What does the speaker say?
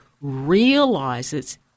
realizes